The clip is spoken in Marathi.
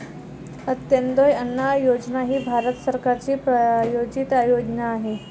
अंत्योदय अन्न योजना ही भारत सरकारची प्रायोजित योजना आहे